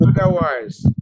otherwise